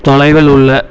தொலைவில் உள்ள